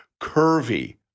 curvy